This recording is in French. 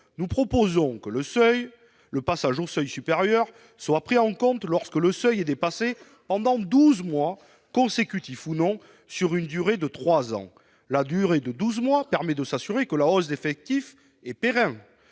Nous proposons que le passage au seuil supérieur soit pris en considération lorsque celui-ci est dépassé pendant douze mois, consécutifs ou non, sur une durée de trois ans. Cette période de douze mois permet de s'assurer que la hausse d'effectifs est pérenne,